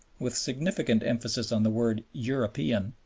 with significant emphasis on the word european,